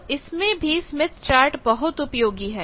तो इसमें भी स्मिथ चार्ट बहुत उपयोगी है